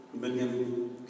million